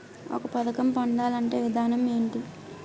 ఒక పథకం పొందాలంటే విధానం ఏంటి?